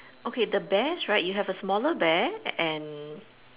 okay the bears right you have a smaller bear and